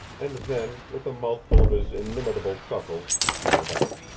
and then with a mouthful of his inimitable chuckles, he went out.